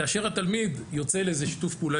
כאשר התלמיד יוצא לאיזה שיתוף פעולה